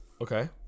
Okay